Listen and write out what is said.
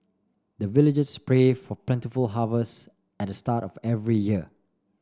the villagers pray for plentiful harvest at the start of every year